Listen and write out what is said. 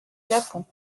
japon